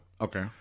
Okay